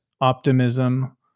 Optimism